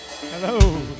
Hello